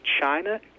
China